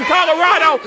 Colorado